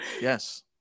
yes